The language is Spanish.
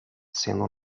siendo